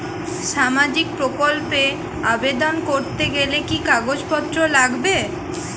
সামাজিক প্রকল্প এ আবেদন করতে গেলে কি কাগজ পত্র লাগবে?